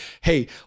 hey